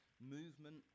movement